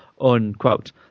unquote